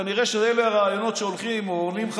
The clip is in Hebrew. כנראה שאלה הרעיונות שהולכים או עוברים לך